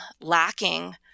lacking